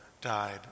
died